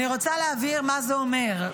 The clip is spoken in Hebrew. אני רוצה להבהיר מה זה אומר.